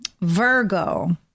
Virgo